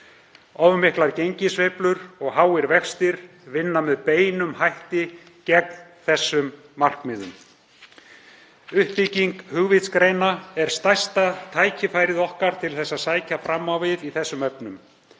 miklar gengissveiflur og háir vextir vinna með beinum hætti gegn þessum markmiðum. Uppbygging hugvitsgreina er stærsta tækifæri okkar til að sækja fram í þessum efnum.